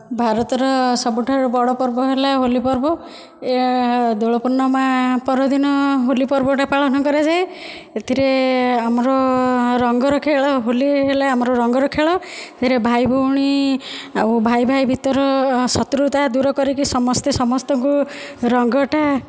ଭାରତର ସବୁଠାରୁ ବଡ଼ ପର୍ବ ହେଲା ହୋଲି ପର୍ବ ଏହା ଦୋଳ ପୂର୍ଣ୍ଣମା ପର ଦିନ ହୋଲି ପର୍ବଟା ପାଳନ କରାଯାଏ ଏଥିରେ ଆମର ରଙ୍ଗର ଖେଳ ହୋଲି ହେଲା ଆମ ରଙ୍ଗର ଖେଳ ଏଥିରେ ଭାଇ ଭଉଣୀ ଆଉ ଭାଇ ଭାଇ ଭିତର ଶତ୍ରୁତା ଦୂର କରିକି ସମସ୍ତେ ସମସ୍ତଙ୍କୁ ରଙ୍ଗଟା